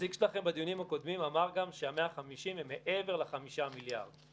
הנציג שלכם בדיונים הקודמים אמר גם שה-150 המיליון הם מעבר ל-5 מיליארד.